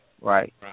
Right